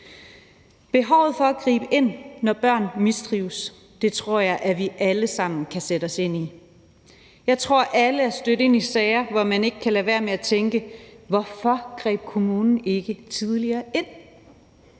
Behovet for at gribe ind, når børn mistrives, tror jeg vi alle sammen kan sætte os ind i. Jeg tror, alle er stødt ind i sager, hvor man ikke kan lade være med at tænke: Hvorfor greb kommunen ikke tidligere ind?